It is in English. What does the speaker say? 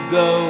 go